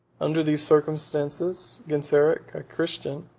under these circumstances, genseric, a christian,